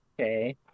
Okay